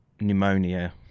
pneumonia